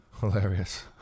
Hilarious